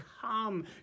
come